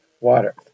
water